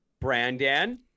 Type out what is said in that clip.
brandon